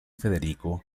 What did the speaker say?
federico